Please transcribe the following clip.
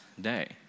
day